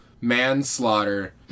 manslaughter